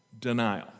Denial